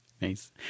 Nice